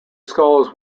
skulls